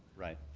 right.